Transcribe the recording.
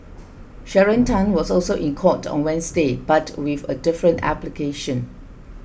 Sharon Tan was also in court on Wednesday but with a different application